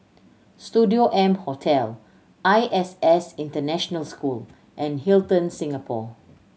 Studio M Hotel I S S International School and Hilton Singapore